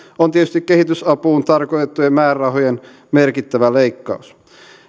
on tietysti kehitysapuun tarkoitettujen määrärahojen merkittävä leikkaus